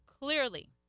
clearly